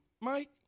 Mike